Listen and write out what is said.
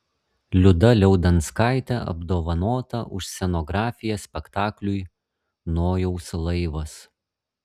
liuda liaudanskaitė apdovanota už scenografiją spektakliui nojaus laivas